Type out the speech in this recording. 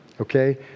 okay